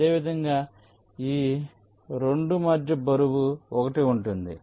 అదేవిధంగా ఈ 2 మధ్య బరువు 1 ఉంటుంది